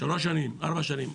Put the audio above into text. בשלוש שנים, ארבע שנים.